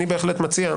אני בהחלט מציע,